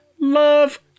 Love